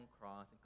cross